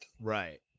Right